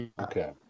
Okay